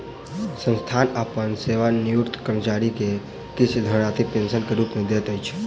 संस्थान अपन सेवानिवृत कर्मचारी के किछ धनराशि पेंशन के रूप में दैत अछि